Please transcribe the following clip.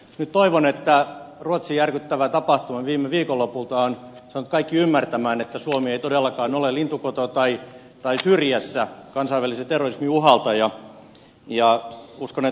nyt toivon että ruotsin järkyttävä tapahtuma viime viikonlopulta on saanut kaikki ymmärtämään että suomi ei todellakaan ole lintukoto tai syrjässä kansainvälisen terrorismin uhalta